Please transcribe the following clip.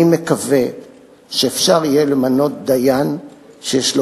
אני מקווה שאפשר יהיה למנות דיין שיש לו